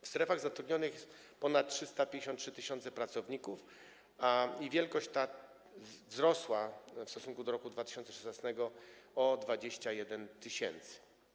W strefach zatrudnionych jest ponad 353 tys. pracowników i wielkość ta wzrosła w stosunku do roku 2016 o 21 tys.